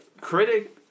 critic